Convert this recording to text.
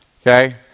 Okay